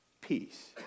peace